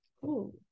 Cool